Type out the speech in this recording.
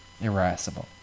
irascible